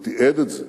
והוא תיעד את זה,